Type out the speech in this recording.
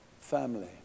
family